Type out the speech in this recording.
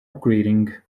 upgrading